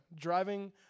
driving